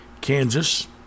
Kansas